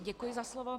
Děkuji za slovo.